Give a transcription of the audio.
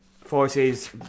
forces